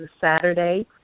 Saturday